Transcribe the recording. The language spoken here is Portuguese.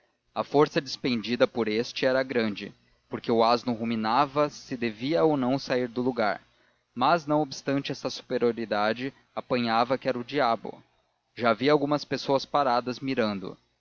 a força despendida por este era grande porque o asno ruminava se devia ou não sair do lugar mas não obstante esta superioridade apanhava que era o diabo já havia algumas pessoas paradas mirando